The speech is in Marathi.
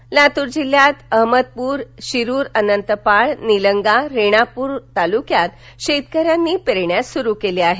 पेरणी लातर लातूर जिल्ह्यातील अहमदपूर शिरुर अनंतपाळ निलंगा रेणापूर तालुक्यात शेतकऱ्यांनी पेरण्या सुरु केल्या आहेत